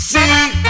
See